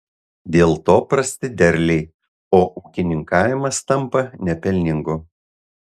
dėl to prasti derliai o ūkininkavimas tampa nepelningu